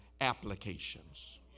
applications